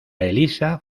elisa